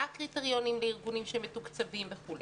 מה הקריטריונים לארגונים שמתוקצבים וכו'.